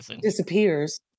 disappears